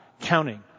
counting